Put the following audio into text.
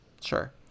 Sure